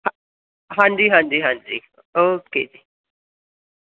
ਹਾਂ ਹਾਂਜੀ ਹਾਂਜੀ ਹਾਂਜੀ ਓਕੇ ਜੀ